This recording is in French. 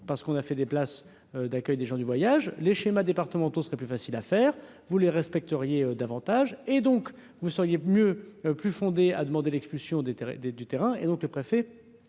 parce qu'on a fait des places d'accueil des gens du voyage, les schémas départementaux serait plus facile à faire, vous les respecterions d'avant. Et donc vous seriez mieux plus fondés à demander l'expulsion des des du terrain et donc le préfet